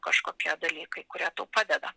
kažkokie dalykai kurie tau padeda